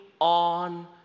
on